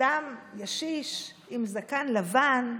אדם ישיש עם זקן לבן,